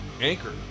Anchor